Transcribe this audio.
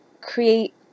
create